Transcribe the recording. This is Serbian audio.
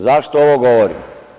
Zašto ovo govorim?